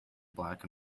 black